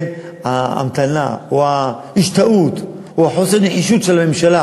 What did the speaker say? ההמתנה או ההשתהות או חוסר הנחישות של הממשלה